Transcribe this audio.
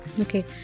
Okay